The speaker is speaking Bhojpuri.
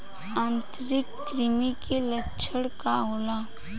आंतरिक कृमि के लक्षण का होला?